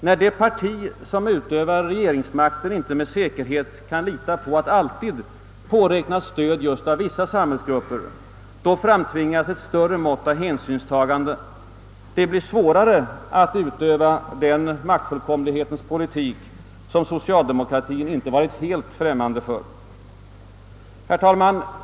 När det parti som utövar regeringsmakten inte med säkerhet kan lita på att alltid påräkna stöd just av vissa samhällsgrupper, framtvingas ett större mått av hänsynstagande. Det blir svårare att utöva den maktfullkomlighetens politik som socialdemokratien inte varit helt främmande för. Herr talman!